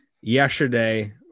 Yesterday